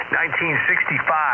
1965